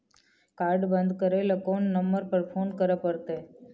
Card बन्द करे ल कोन नंबर पर फोन करे परतै?